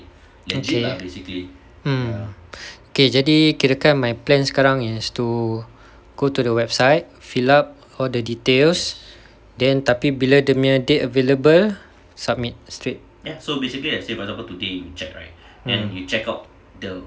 okay mm okay jadi kirakan my plan sekarang is to go to the website fill up all the details then tapi bila dia punya date available submit straight mm